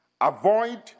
Avoid